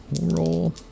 roll